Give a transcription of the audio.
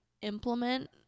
implement